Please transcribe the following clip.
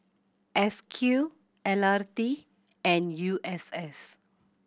S Q L R T and U S S